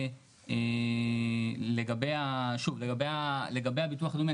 לגבי הביטוח הלאומי,